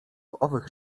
owych